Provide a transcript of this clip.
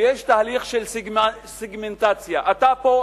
ויש תהליך של סיגמנטציה: אתה פה,